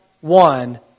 one